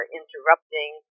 interrupting